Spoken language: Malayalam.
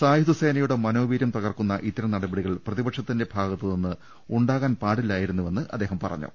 സായുധസേന യുടെ മനോവീര്യം തകർക്കുന്ന ഇത്തരം നടപടികൾ പ്രതിപക്ഷത്തിന്റെ ഭാഗ ത്തുനിന്ന് ഉണ്ടാകാൻ പാടില്ലായിരുന്നുവെന്ന് അദ്ദേഹം പറഞ്ഞു